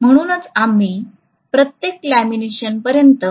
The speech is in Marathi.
म्हणूनच आम्ही प्रत्येक लॅमिनेशनपर्यंत